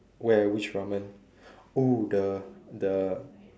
where which ramen oh the the